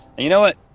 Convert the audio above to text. you know what?